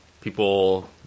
People